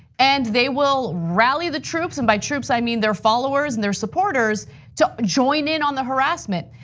and they will rally the troops and by troops, i mean their followers and their supporters to join in on the harassment.